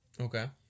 Okay